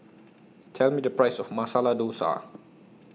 Tell Me The Price of Masala Dosa